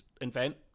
invent